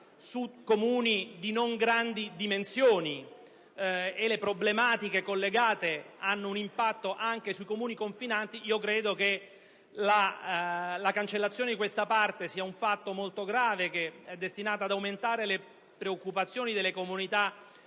di Comuni di non grandi dimensioni e le problematiche collegate hanno un impatto anche sui Comuni confinanti, credo che la cancellazione di queste disposizioni rappresenti un fatto molto grave, destinato ad accrescere le preoccupazioni delle comunità